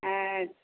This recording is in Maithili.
अच्छा